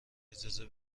اجازه